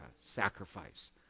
sacrifice